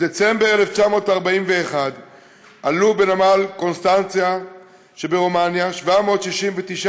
בדצמבר 1941 עלו בנמל קונסטנצה שברומניה 769